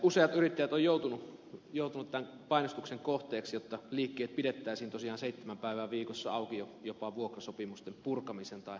useat yrittäjät ovat joutuneet tämän painostuksen kohteeksi jotta liikkeet pidettäisiin tosiaan seitsemän päivää viikossa auki jopa vuokrasopimusten purkamisen tai vuokrankorotuksen uhalla